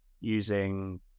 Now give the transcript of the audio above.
using